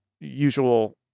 usual